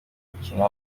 gukina